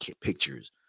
pictures